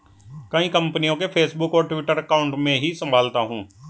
कई कंपनियों के फेसबुक और ट्विटर अकाउंट मैं ही संभालता हूं